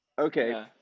Okay